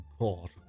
god